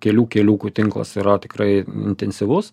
kelių keliukų tinklas yra tikrai intensyvus